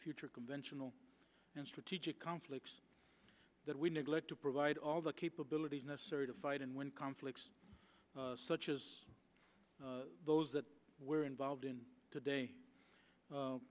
future conventional and strategic conflicts that we neglect to provide all the capabilities necessary to fight and win conflicts such as those that were involved in today